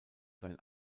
sein